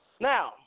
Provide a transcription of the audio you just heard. Now